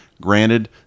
Granted